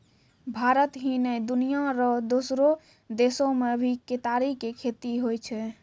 भारत ही नै, दुनिया रो दोसरो देसो मॅ भी केतारी के खेती होय छै